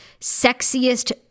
sexiest